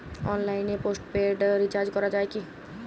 অনলাইনে postpaid recharge করা যায় কি?